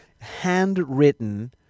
handwritten